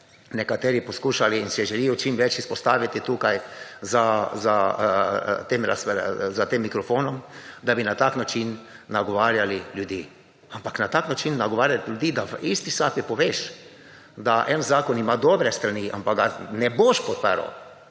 nekateri poskušali in se želijo čim več izpostaviti tukaj za tem mikrofonom, da bi na tak način nagovarjali ljudi. Ampak na tak način nagovarjati ljudi, da v isti sapi poveš, da en zakon ima dobre strani, ampak ga ne boš podprl,